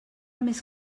més